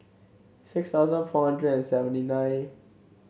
six thousand four hundred seventy nine